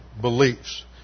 beliefs